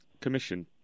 commission